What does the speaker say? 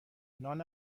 نان